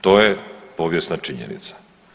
To je povijesna činjenica.